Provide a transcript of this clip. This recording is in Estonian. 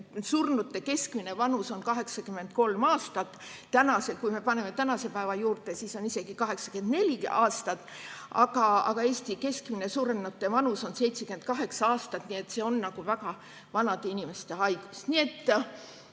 surnute keskmine vanus 83 aastat. Kui me paneme tänase päeva juurde, siis see näitaja on isegi 84 aastat. Aga Eesti keskmine surnute vanus on 78 aastat. Nii et see on nagu väga vanade inimeste haigus. Kas COVID